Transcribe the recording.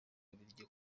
bubiligi